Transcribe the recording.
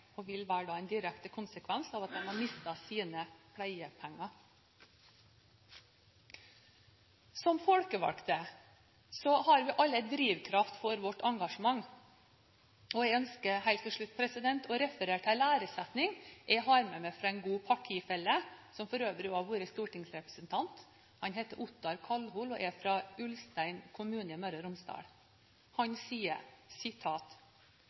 Det vil være den direkte konsekvens av at de har mistet sine pleiepenger. Som folkevalgte har vi alle en drivkraft for vårt engasjement. Jeg ønsker helt til slutt å referere en læresetning jeg har med meg fra en god partifelle, som for øvrig også har vært stortingsrepresentant. Han heter Ottar Kaldhol og er fra Ulstein kommune i Møre og Romsdal. Han sier: